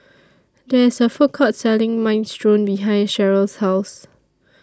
There IS A Food Court Selling Minestrone behind Cheryll's House